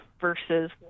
versus